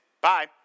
Bye